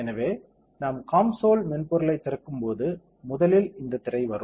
எனவே நாம் COMSOL மென்பொருளைத் திறக்கும்போது முதலில் இந்தத் திரை வரும்